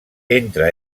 entre